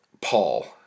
Paul